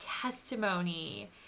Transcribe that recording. testimony